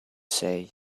say